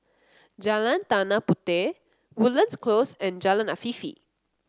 Jalan Tanah Puteh Woodlands Close and Jalan Afifi